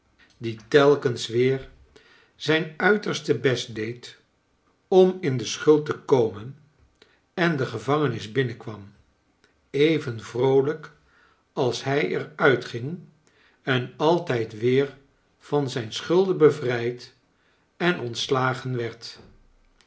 die telkens weer zijn uiterste best deed om in de schuld te komen en de gevangenis binnenkwam even vroolijk als hij er uitging en altijd weer van zijn schulden bevrijd en ontslagen werd